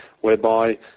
whereby